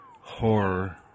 horror